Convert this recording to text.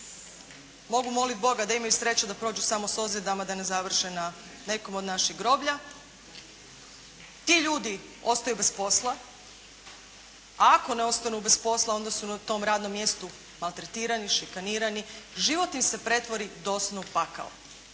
Mogu moliti Boga da imaju sreću da prođu samo s ozljedama da ne završe na nekom od naših groblja. Ti ljudi ostaju bez posla, a ako ne ostanu bez posla onda su na tom radnom mjestu maltretirani, šikanirani. Život im se pretvori doslovno u pakao.